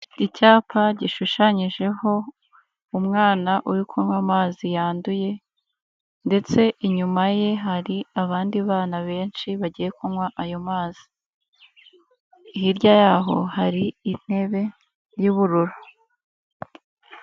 Icyapa gishushanyijeho umwana uri kunywa amazi yanduye ndetse inyuma ye hari abandi bana benshi bagiye kunywa ayo mazi, hirya yaho hari intebe y'ubururu.